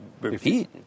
Repeat